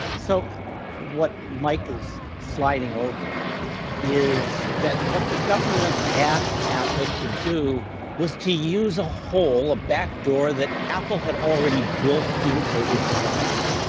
so what mike is sliding over is that what the government asked apple to do was to use a hole, a backdoor that apple had already built into its phone.